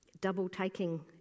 double-taking